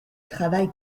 travail